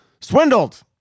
swindled